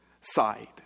side